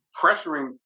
pressuring